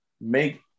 make